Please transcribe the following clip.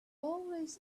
always